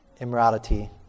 immorality